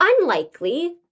Unlikely